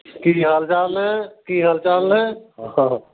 ਕੀ ਹਾਲ ਚਾਲ ਨੇ ਕੀ ਹਾਲ ਚਾਲ ਨੇ